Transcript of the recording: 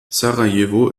sarajevo